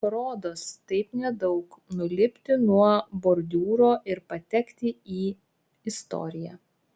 rodos taip nedaug nulipti nuo bordiūro ir patekti į istoriją